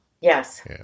Yes